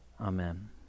Amen